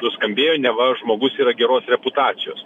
nuskambėjo neva žmogus yra geros reputacijos